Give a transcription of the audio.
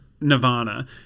Nirvana